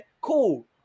cool